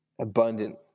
abundant